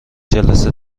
جلسه